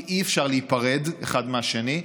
כי אי-אפשר להיפרד אחד מהשני.